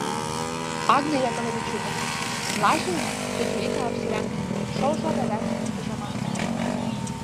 agnė jagelavičiūtė lažinamės tu turi ką apsirengti šou žada vesti su pižama